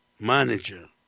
manager